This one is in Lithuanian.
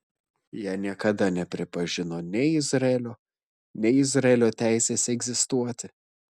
jie niekada nepripažino nei izraelio nei izraelio teisės egzistuoti